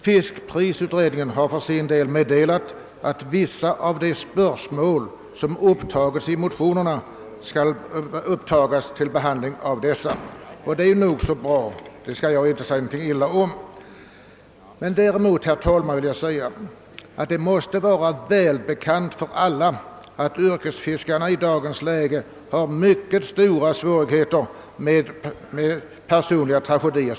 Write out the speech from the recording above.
Fiskprisutredningen har för sin del meddelat att vissa av de spörsmål som nämnts i motionerna kommer att behandlas av utredningen. Detta är bra, och jag skall inte säga något illa om det. Det torde vara väl bekant för alla att yrkesfiskarna i dag brottas med mycket stora svårigheter, som ofta leder till personliga tragedier.